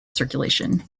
circulation